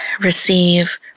receive